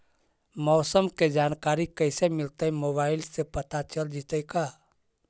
मौसम के जानकारी कैसे मिलतै मोबाईल से पता चल जितै का?